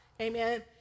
amen